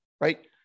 right